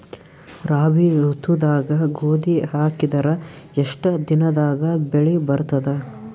ರಾಬಿ ಋತುದಾಗ ಗೋಧಿ ಹಾಕಿದರ ಎಷ್ಟ ದಿನದಾಗ ಬೆಳಿ ಬರತದ?